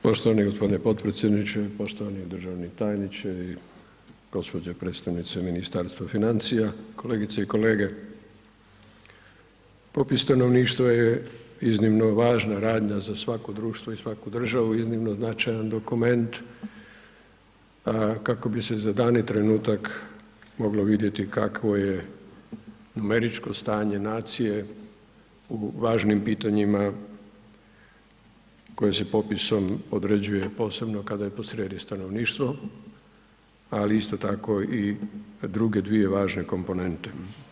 Poštovani g. potpredsjedniče, poštovani državni tajniče i gđo. predstavnice Ministarstva financija, kolegice i kolege, popis stanovništva je iznimno važna radnja za svako društvo i svaku državu, iznimno značajan dokument, kako bi se za dani trenutak moglo vidjeti kakvo je numeričko stanje nacije u važnim pitanjima koje se popisom određuje, posebno kada je posrijedi stanovništvo, ali isto tako i druge dvije važne komponente.